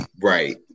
Right